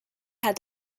had